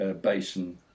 Basin